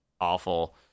awful